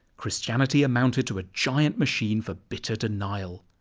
christianity amounted to a giant machine for bitter denial.